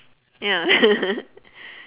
ya